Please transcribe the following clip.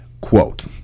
Quote